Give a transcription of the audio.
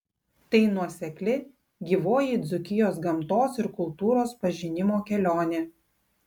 tai nuosekli gyvoji dzūkijos gamtos ir kultūros pažinimo kelionė